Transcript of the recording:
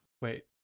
Wait